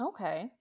okay